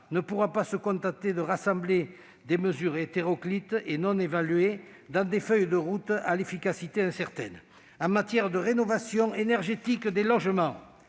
ne pourra se contenter de rassembler des mesures hétéroclites et non évaluées dans des feuilles de route à l'efficacité incertaine. En matière de rénovation énergétique des logements,